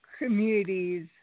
communities